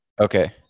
Okay